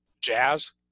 jazz